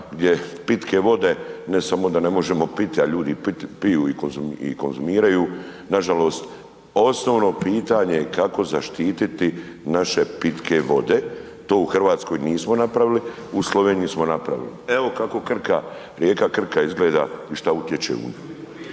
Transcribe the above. gdje pitke vode, ne samo da ne možemo piti, a ljudi i piju i konzumiraju nažalost, osnovno pitanje kako zaštititi naše pitke vode, to u RH nismo napravili, u Sloveniji smo napravili. Evo kako Krka, rijeka Krka izgleda i šta utječe u nju,